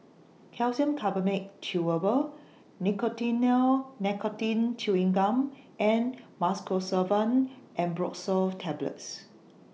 Calcium Carbonate Chewable Nicotinell Nicotine Chewing Gum and Mucosolvan Ambroxol Tablets